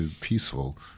peaceful